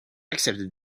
accepted